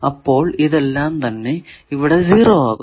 അപ്പോൾ ഇതെല്ലാം തന്നെ ഇവിടെ 0 ആകുന്നു